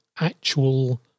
actual